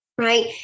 Right